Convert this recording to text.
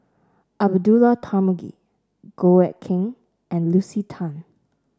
Abdullah Tarmugi Goh Eck Kheng and Lucy Tan